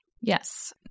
Yes